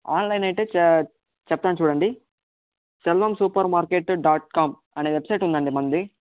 online అయితే చే చెప్తాను చూడండి Selvam supermarket dot com అనే వెబ్సైట్ ఉందండి మనది